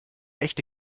echte